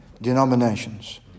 denominations